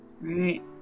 Right